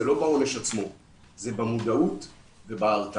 זה לא בעונש עצמו אלא במודעות ובהרתעה.